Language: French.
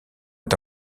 est